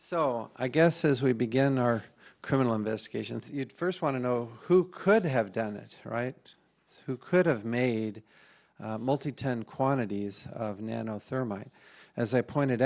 so i guess as we begin our criminal investigations you first want to know who could have done it right who could've made multi ten quantities of nano thermite as i pointed